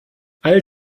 all